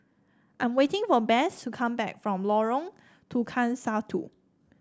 I'm waiting for Bess to come back from Lorong Tukang Satu